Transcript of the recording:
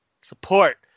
Support